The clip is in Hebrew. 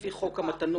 לפי חוק המתנות.